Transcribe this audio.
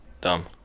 Dumb